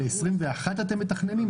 ל-2021 אתם מתכננים?